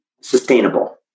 sustainable